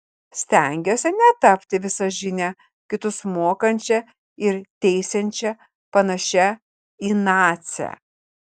stengiuosi netapti visažine kitus mokančia ir teisiančia panašia į nacę